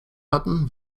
hatten